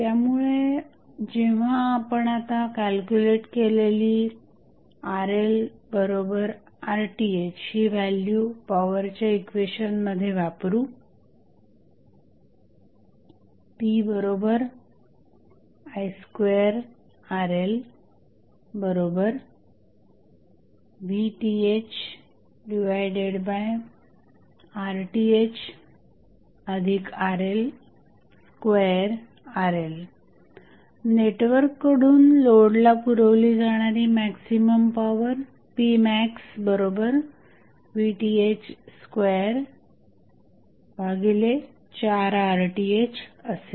त्यामुळे जेव्हा आपण आता कॅल्क्युलेट केलेली RLRTh ही व्हॅल्यू पॉवर च्या इक्वेशनमध्ये वापरू pi2RLVThRThRL2RL नेटवर्ककडून लोडला पुरवली जाणारी मॅक्झिमम पॉवर pmaxVTh24RTh असेल